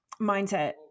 mindset